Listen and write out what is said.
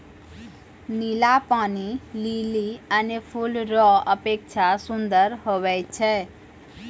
नीला पानी लीली अन्य फूल रो अपेक्षा सुन्दर हुवै छै